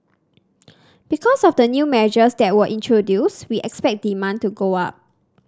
because of the new measures that were introduced we expect demand to go up